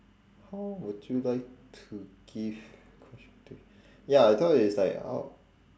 how would you like to give constructive ya I thought it's like how